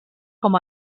com